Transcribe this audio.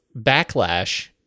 backlash